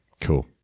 Cool